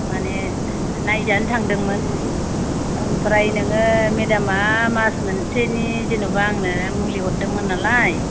माने नायजानो थांदोंमोन ओमफ्राय नोङो मेदामा मास मोनसेनि जेनेबा आंनो मुलि हरदोंमोन नालाय